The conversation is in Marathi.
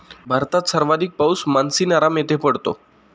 भारतात सर्वाधिक पाऊस मानसीनराम येथे पडतो